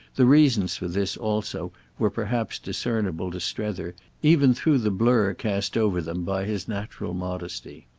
the reasons for this also were perhaps discernible to strether even through the blur cast over them by his natural modesty.